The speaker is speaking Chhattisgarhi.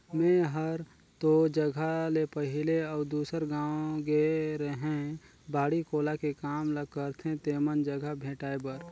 मेंए हर तोर जगह ले पहले अउ दूसर गाँव गेए रेहैं बाड़ी कोला के काम ल करथे तेमन जघा भेंटाय बर